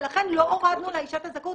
ולכן לא הורדנו לאישה את הזכאות,